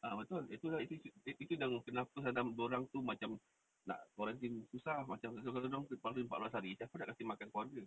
ah betul itu lah itu dia orang tu nak quarantine susah macam kalau dia orang empat belas hari siapa nak kasih makan keluarga